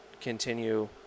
continue